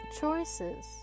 choices